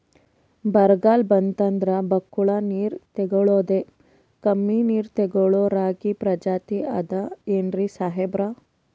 ಬರ್ಗಾಲ್ ಬಂತಂದ್ರ ಬಕ್ಕುಳ ನೀರ್ ತೆಗಳೋದೆ, ಕಮ್ಮಿ ನೀರ್ ತೆಗಳೋ ರಾಗಿ ಪ್ರಜಾತಿ ಆದ್ ಏನ್ರಿ ಸಾಹೇಬ್ರ?